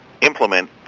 implement